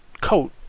coat